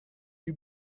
you